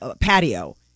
patio